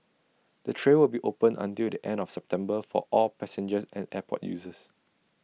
the trail will be open until the end of September for all passengers and airport users